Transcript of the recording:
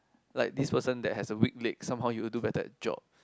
like this person that has a weak leg somehow you will do better at job